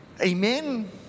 Amen